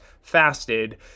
fasted